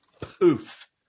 poof